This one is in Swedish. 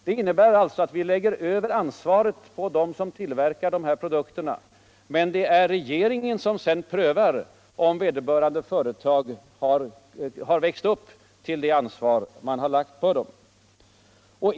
Det innebär att vi lägger över ansvaret på dem som tillverkar dessa produkter, men det är regeringen eller dess myndigheter som sedan prövar om vederbörande företag har växt upp till det ansvar som man har lagt på dem.